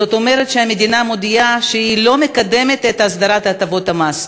זאת אומרת שהמדינה מודיעה שהיא לא מקדמת את הסדרת הטבות המס.